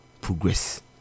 progress